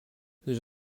whose